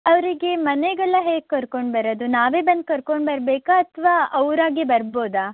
ಅವರಿಗೆ ಮನೆಗೆಲ್ಲ ಹೇಗೆ ಕರ್ಕೊಂಡು ಬರೋದು ನಾವೇ ಬಂದು ಕರ್ಕೊಂಡು ಬರಬೇಕಾ ಅಥವಾ ಅವರಾಗೇ ಬರ್ಬೋದಾ